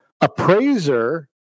appraiser